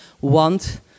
want